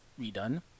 redone